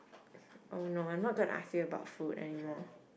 oh no I not going to ask you about food anymore